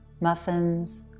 muffins